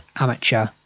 amateur